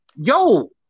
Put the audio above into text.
yo